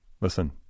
listen